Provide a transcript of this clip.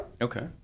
Okay